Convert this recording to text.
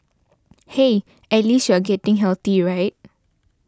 hey at least you are getting healthy right